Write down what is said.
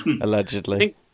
Allegedly